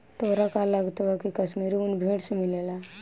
तोहरा का लागऽता की काश्मीरी उन भेड़ से मिलेला